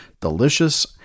delicious